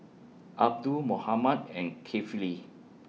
Abdul Muhammad and Kefli